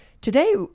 today